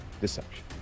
deception